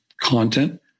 content